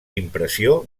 impressió